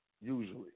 Usually